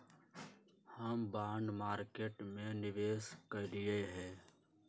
हम bond market में निवेश कलियइ ह